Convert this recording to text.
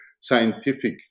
scientific